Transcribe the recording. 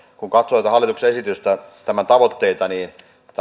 kun katsoo tätä hallituksen esitystä ja tämän tavoitteita niin tämä